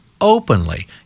Openly